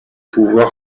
pouvoir